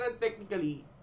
technically